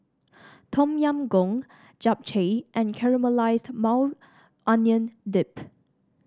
Tom Yam Goong Japchae and Caramelized Maui Onion Dip